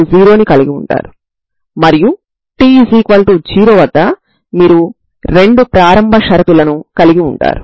λ2 eigen విలువ కాదు కాబట్టి మీరు నాన్ జీరో పరిష్కారాన్ని కలిగి ఉండరు